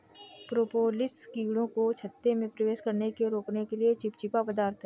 propolis कीड़ों को छत्ते में प्रवेश करने से रोकने के लिए चिपचिपा पदार्थ है